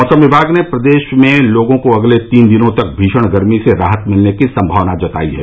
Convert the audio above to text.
मौसम विभाग ने प्रदेश में लोगों को अगले तीन दिनों तक भीषण गर्मी से राहत मिलने की सम्भावना जताई है